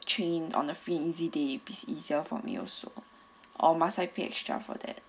train on the free easy day be is easier for me also or must I pay extra for that